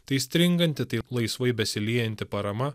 tai stringanti tai laisvai besiliejanti parama